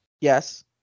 Yes